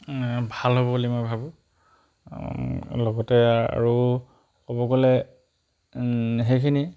এ ভাল হ'ব বুলি মই ভাবোঁ লগতে আৰু ক'ব গ'লে সেইখিনিয়ে